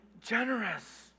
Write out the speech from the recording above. generous